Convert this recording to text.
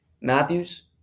Matthews